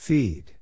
Feed